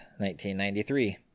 1993